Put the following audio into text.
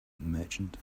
merchant